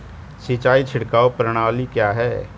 सिंचाई छिड़काव प्रणाली क्या है?